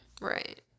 Right